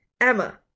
Emma